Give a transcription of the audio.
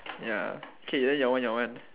ya K then your one your one